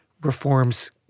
reforms